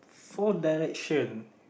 four direction